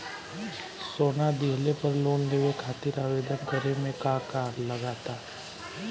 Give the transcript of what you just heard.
सोना दिहले पर लोन लेवे खातिर आवेदन करे म का का लगा तऽ?